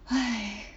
!hais!